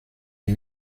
ihn